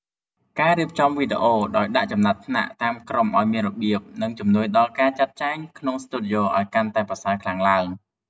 ការរៀបចំវីដេអូដោយដាក់ចំណាត់ថ្នាក់តាមក្រុមឱ្យមានរបៀប និង ជំនួយដល់ការចាត់ចែងក្នុងស្ទូឌីយ៉ូឱ្យកាន់តែប្រសើរខ្លាំងឡើង។